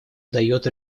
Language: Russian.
дает